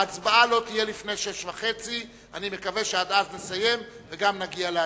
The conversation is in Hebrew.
ההצבעה לא תהיה לפני 18:30. אני מקווה שעד אז נסיים וגם נגיע להצבעה.